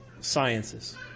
sciences